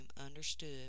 understood